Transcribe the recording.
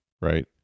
Right